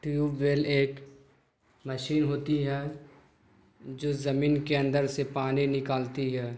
ٹیوبویل ایک مشین ہوتی ہے جو زمین کے اندر سے پانی نکالتی ہے